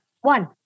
One